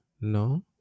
No